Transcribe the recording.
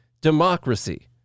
democracy